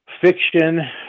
fiction